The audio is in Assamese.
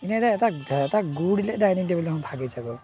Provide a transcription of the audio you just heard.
এনেই এটা এটা গোৰ দিলেই ডাইনিং টেবুলখন ভাঙি যাব